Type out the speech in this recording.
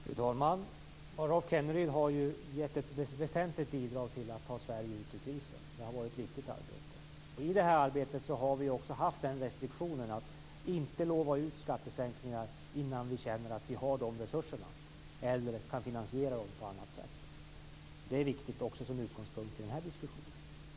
Fru talman! Rolf Kenneryd har gett ett väsentligt bidrag till att ta Sverige ur krisen. Det har varit ett viktigt arbete. I arbetet har vi haft restriktionen att inte lova ut skattesänkningar innan resurserna finns eller att sänkningarna kan finansieras på annat sätt. Det är viktigt att ha som utgångspunkt i den här diskussionen.